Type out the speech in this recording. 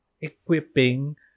equipping